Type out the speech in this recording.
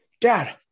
dad